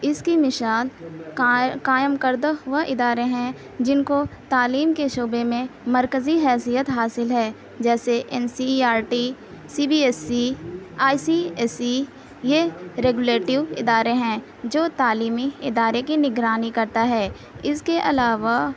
اس کی مثال قائم کردہ وہ ادارے ہیں جن کو تعلیم کے شعبہ میں مرکزی حیثیت حاصل ہے جیسے N C E R T C B S E I C S E یہ ریگولیٹو ادارے ہیں جو تعلیمی ادارے کی نگرانی کرتا ہے اس کے علاوہ